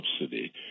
subsidy